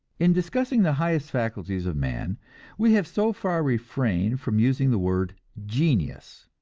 in discussing the highest faculties of man we have so far refrained from using the word genius.